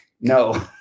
no